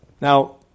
Now